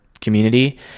community